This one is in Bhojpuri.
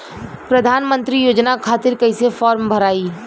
प्रधानमंत्री योजना खातिर कैसे फार्म भराई?